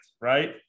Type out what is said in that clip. Right